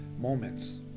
moments